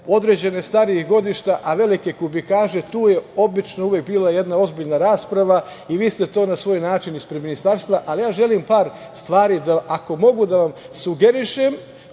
određene starijih godišta, a velike kubikaže, tu je obično uvek bila jedna ozbiljna rasprava i vi ste to na svoj način ispred ministarstva, ali ja želim par stvar, ako mogu da vam sugerišem,